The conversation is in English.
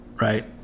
right